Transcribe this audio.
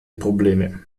probleme